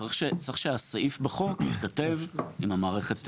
צריך שהסעיף בחוק יתכתב עם המערכת